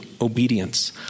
obedience